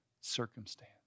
circumstance